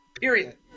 period